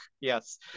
Yes